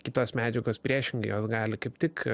kitos medžiagas priešingai jos gali kaip tik